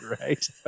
Right